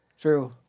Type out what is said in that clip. True